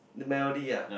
the melody ah